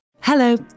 Hello